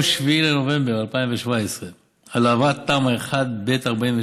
7 בנובמבר 2017 על העברת תמ"א 47/ב/1